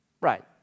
Right